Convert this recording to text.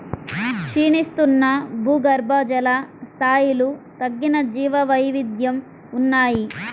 క్షీణిస్తున్న భూగర్భజల స్థాయిలు తగ్గిన జీవవైవిధ్యం ఉన్నాయి